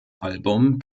album